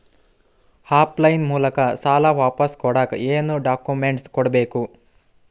Of line ಮೂಲಕ ಸಾಲ ವಾಪಸ್ ಕೊಡಕ್ ಏನು ಡಾಕ್ಯೂಮೆಂಟ್ಸ್ ಕೊಡಬೇಕು?